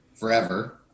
forever